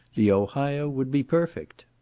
the ohio would be perfect.